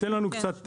תן לנו קצת.